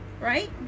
right